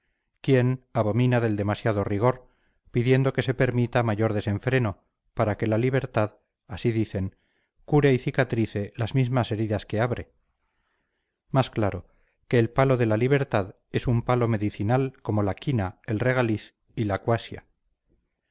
quién abomina del demasiado rigor pidiendo que se permita mayor desenfreno para que la libertad así dicen cure y cicatrice las mismas heridas que abre más claro que el palo de la libertad es un palo medicinal como la quina el regaliz y la cuasia a los